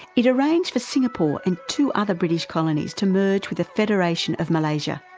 it arranged for singapore and two other british colonies to merge with the federation of malaysia.